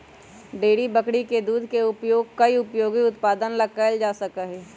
dairy बकरी के दूध के उपयोग कई उपयोगी उत्पादन ला कइल जा सका हई